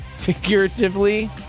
figuratively